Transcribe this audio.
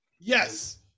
Yes